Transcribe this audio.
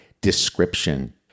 description